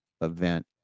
event